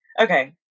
Okay